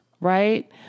right